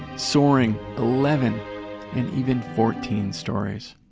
soaring eleven and even fourteen stories.